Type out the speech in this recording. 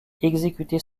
exécutés